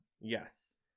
yes